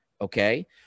Okay